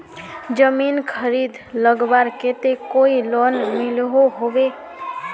जमीन खरीद लगवार केते कोई लोन मिलोहो होबे?